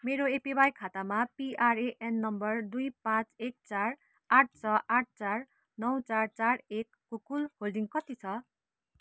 मेरो एपिवाई खातामा PRAN number दुई पाँच एक चार आठ छ आठ चार नौ चार चार एकको कुल होल्डिङ कति छ